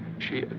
she.